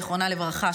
זיכרונה לברכה,